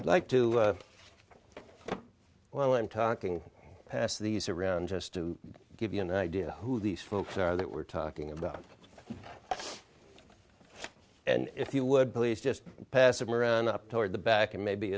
like to well i'm talking past these around just to give you an idea who these folks are that we're talking about and if you would please just pass him around up toward the back and maybe